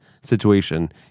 situation